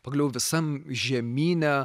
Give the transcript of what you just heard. pagaliau visam žemyne